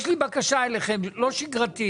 יש לי בקשה אליכם, לא שגרתית.